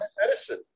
medicine